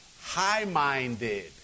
high-minded